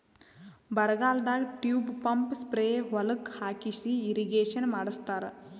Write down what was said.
ಬರಗಾಲದಾಗ tube pump spray ಹೊಲಕ್ಕ್ ಹಾಕಿಸಿ ಇರ್ರೀಗೇಷನ್ ಮಾಡ್ಸತ್ತರ